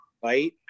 fight